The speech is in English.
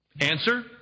Answer